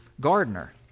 gardener